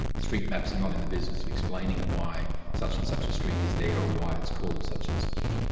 street maps are not in the business of explaining why such and such a street is there or ah why it's called such and such.